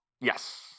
Yes